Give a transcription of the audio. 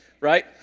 right